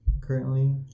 currently